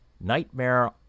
Nightmare